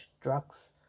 drugs